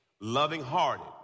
Loving-hearted